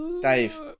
Dave